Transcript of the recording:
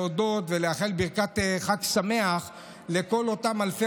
להודות ולאחל ברכת חג שמח לכל אותם אלפי